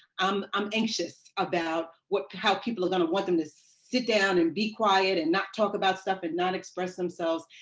um i'm anxious about how people are going to want them to sit down and be quiet and not talk about stuff and not express themselves.